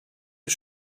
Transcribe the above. you